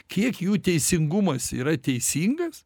kiek jų teisingumas yra teisingas